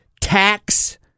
tax